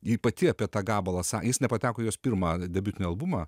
ji pati apie tą gabalą sakė jis nepateko jos pirmą debiutinį albumą